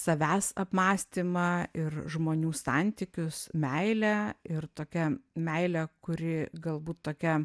savęs apmąstymą ir žmonių santykius meilę ir tokią meilę kuri galbūt tokia